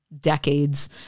decades